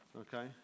Okay